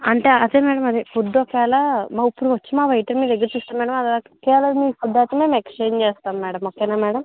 అంటే అదే మేడం అదే ఫుడ్ ఒకేలా ఇప్పుడొచ్చి మా వెయిటర్ మీ దగ్గర చూస్తారు మేడం ఒకే అది మీ ఫుడ్ ఐతే మేము ఎక్సచేంజ్ చేస్తాం మేడం ఒకే నా మేడం